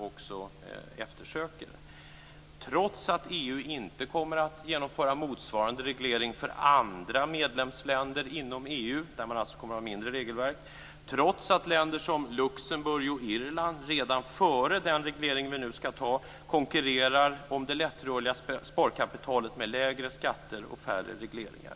Detta sker trots att man inom EU inte kommer att genomföra motsvarande reglering för andra medlemsländer inom EU - alltså ett mindre omfattande regelverk - och trots att länder som Luxemburg och Irland redan före den reglering som nu skall antas konkurrerar om det lättrörliga sparkapitalet med lägre skatter och färre regleringar.